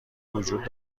وجود